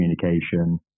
communication